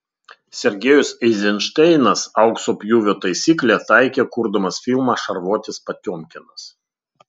sergejus eizenšteinas aukso pjūvio taisyklę taikė kurdamas filmą šarvuotis potiomkinas